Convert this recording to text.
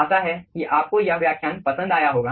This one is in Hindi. आशा है कि आपको यह व्याख्यान पसंद आया होगा